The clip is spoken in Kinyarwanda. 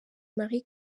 marie